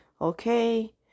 Okay